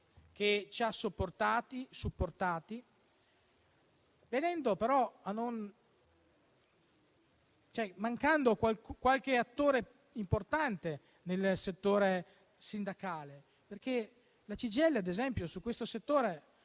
che ci ha supportati, ma mancando qualche attore importante nel settore sindacale. La CGIL, ad esempio, per questo settore